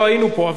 אבל אם אני,